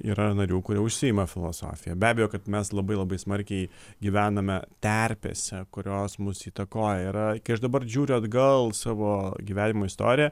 yra narių kurie užsiima filosofija be abejo kad mes labai labai smarkiai gyvename terpėse kurios mus įtakoja yra kai aš dabar žiūriu atgal savo gyvenimo istoriją